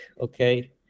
okay